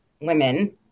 women